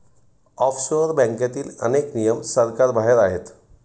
offshore बँकेतील अनेक नियम सरकारबाहेर आहेत